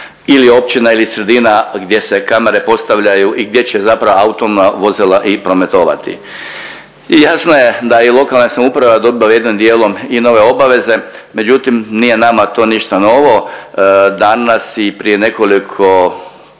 ili općina ili sredina gdje se kamere postavljaju i gdje će zapravo autonomna vozila i prometovati. I jasno je da i lokalne samouprave dobivaju jednim dijelom i nove obaveze, međutim nije nama to ništa novo, danas i prije nekoliko